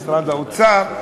משרד האוצר,